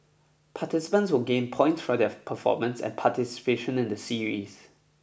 participants will gain points from their performance and participation in the series